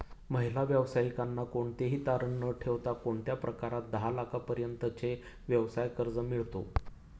महिला व्यावसायिकांना कोणतेही तारण न ठेवता कोणत्या प्रकारात दहा लाख रुपयांपर्यंतचे व्यवसाय कर्ज मिळतो?